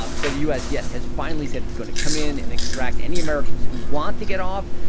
um so the u s, yes, has finally said it's going to come in and extract any americans who want to get off.